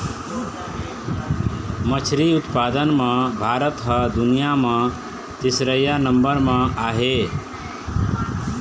मछरी उत्पादन म भारत ह दुनिया म तीसरइया नंबर म आहे